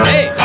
Hey